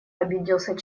обиделся